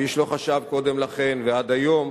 ואיש לא חשב קודם לכן, ועד היום,